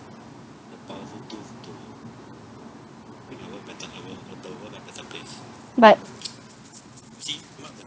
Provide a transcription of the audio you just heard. but